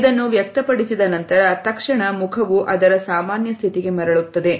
ಇದನ್ನು ವ್ಯಕ್ತಪಡಿಸಿದ ನಂತರ ತಕ್ಷಣ ಮುಖವು ಅದರ ಸಾಮಾನ್ಯ ಸ್ಥಿತಿಗೆ ಮರಳುತ್ತದೆ